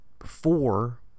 four